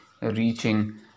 reaching